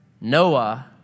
Noah